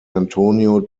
antonio